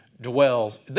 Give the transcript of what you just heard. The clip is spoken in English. dwells